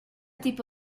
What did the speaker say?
tipo